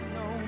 no